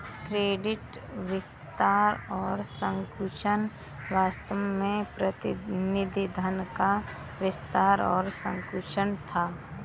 credit विस्तार और संकुचन वास्तव में प्रतिनिधि धन का विस्तार और संकुचन था